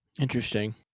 Interesting